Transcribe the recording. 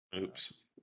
Oops